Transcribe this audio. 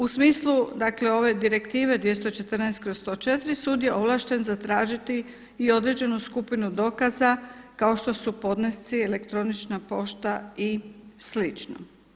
U smislu dakle ove Direktive 214/104 sud je ovlašten zatražiti i određenu skupinu dokaza kao što su podnesci, elektronična pošta i slično.